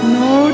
no